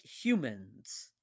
humans